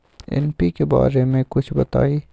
NPK बारे म कुछ बताई?